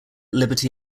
liberty